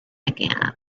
again